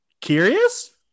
Curious